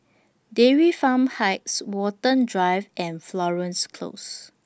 Dairy Farm Heights Watten Drive and Florence Close